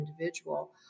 individual